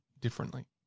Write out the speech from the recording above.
differently